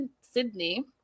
sydney